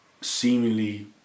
seemingly